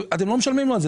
אתם לא משלמים לו על זה.